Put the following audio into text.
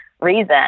reason